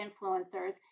influencers